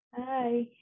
Hi